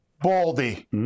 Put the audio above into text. Baldy